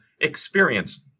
experience